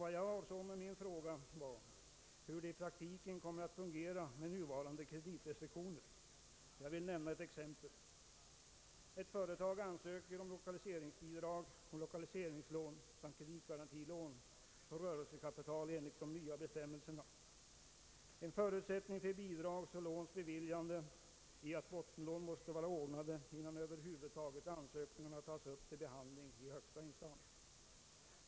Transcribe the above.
Vad jag avsåg med min fråga var hur det i praktiken kommer att fungera med nuvarande kreditrestriktioner. Jag vill nämna ett exempel. Ett företag ansöker om lokaliseringsbidrag och lokaliseringslån samt kreditgarantilån för rörelsekapital enligt de nya bestämmelserna. En förutsättning för bidrags och låns beviljande är att bottenlån måste vara ordnade innan ansökningarna över huvud taget tas upp till behandling i högsta instans.